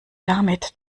damit